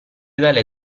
dalle